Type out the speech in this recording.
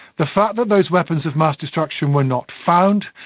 the fact that those weapons of mass destruction were not found,